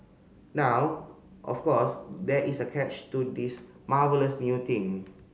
now of course there is a catch to this marvellous new thing